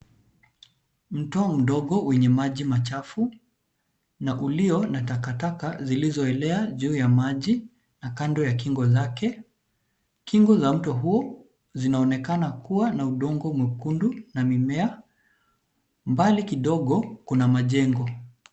Mto mdogo wenye maji machafu na ulio na takataka zilzoenea juu ya maji na kando ya kingo lake . Kingo la mto huu inaonekana kuwa na udongo mwekundu na mimea. Mbali kidogo kuna majengo.